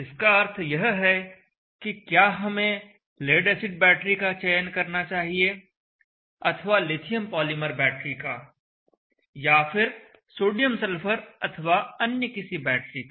इसका अर्थ यह है कि क्या हमें लेड एसिड बैटरी का चयन करना चाहिए अथवा लिथियम पॉलीमर बैटरी का या फिर सोडियम सल्फर अथवा अन्य किसी बैटरी का